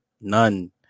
None